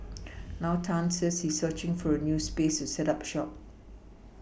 now Tan says he is searching for a new space to set up shop